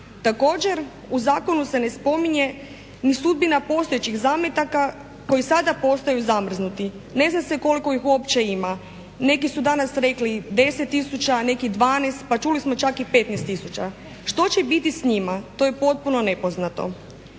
Također, u zakonu se ne spominje ni sudbina postojećih zametaka koji sada postaju zamrznuti. Ne zna se koliko ih uopće ima. Neki su danas rekli 10000, a neki 12, pa čuli smo čak i 15000. Što će biti s njima to je potpuno nepoznato.